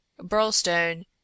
burlstone